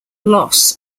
loss